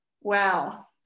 wow